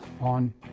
on